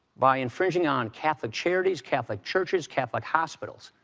by infringing on catholic charities, catholic churches, catholic hospitals.